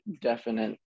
definite